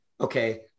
okay